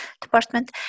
Department